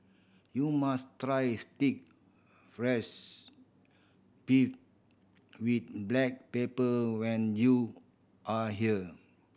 you must try beef with black pepper when you are here